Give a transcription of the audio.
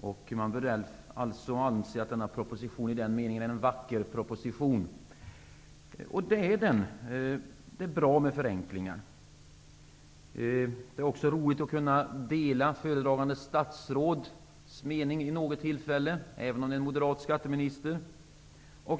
och man bör därför anse att propositionen i den meningen är vacker. Det är den. Det är bra med förenklingar. Det är också roligt att kunna dela föredragande statsråds mening vid något tillfälle, även om det är en moderat skatteminister.